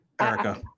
Erica